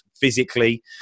physically